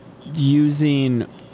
using